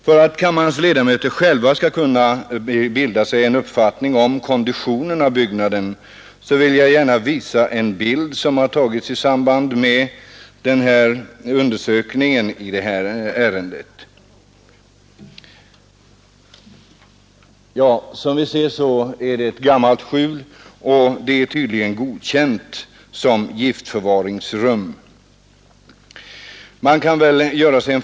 För att kammarens ledamöter själva skall kunna bilda sig en uppfattning om byggnadens kondition vill jag på vår interna TV-skärm visa en bild som tagits i samband med utredningen i ärendet. Som alla ser är det ett gammalt skjul, och det är alltså godkänt som giftförvaringsrum.